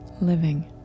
living